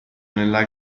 nella